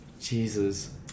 Jesus